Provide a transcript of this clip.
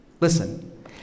Listen